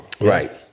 right